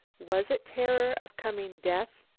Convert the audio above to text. was it terror of coming death,